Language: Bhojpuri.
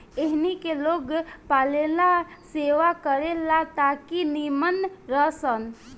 एहनी के लोग पालेला सेवा करे ला ताकि नीमन रह सन